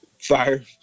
fire